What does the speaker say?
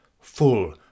Full